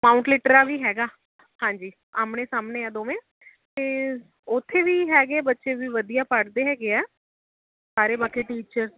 Mount Litera ਵੀ ਹੈਗਾ ਹਾਂਜੀ ਆਹਮਣੇ ਸਾਹਮਣੇ ਆ ਦੋਵੇਂ ਅਤੇ ਉੱਥੇ ਵੀ ਹੈਗੇ ਬੱਚੇ ਵੀ ਵਧੀਆ ਪੜ੍ਹਦੇ ਹੈਗੇ ਆ ਸਾਰੇ ਬਾਕੀ ਟੀਚਰ